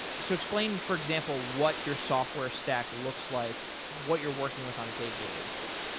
so explain, for example, what your software stack looks like. what you're working with on a day-to-day basis?